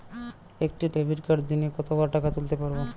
একটি ডেবিটকার্ড দিনে কতবার টাকা তুলতে পারব?